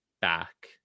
back